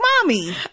mommy